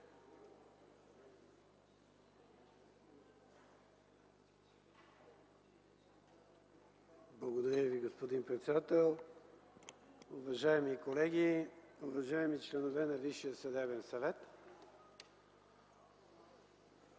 Уважаема госпожо председател, уважаеми колеги, уважаеми членове на Висшия съдебен съвет,